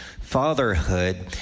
fatherhood